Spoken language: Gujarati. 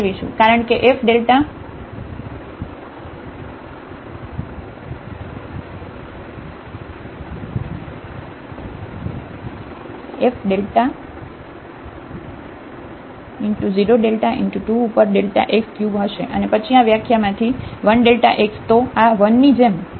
કારણ કે f x 0 x 2 ઉપર x ક્યુબ હશે અને પછી આ વ્યાખ્યામાંથી 1 x